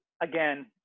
again